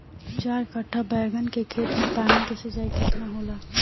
चार कट्ठा बैंगन के खेत में पानी के सिंचाई केतना होला?